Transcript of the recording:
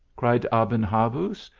cried aben habuz,